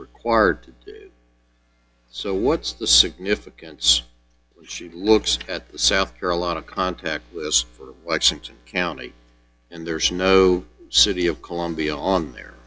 required so what's the significance she looks at south carolina contactless for lexington county and there's no city of columbia on there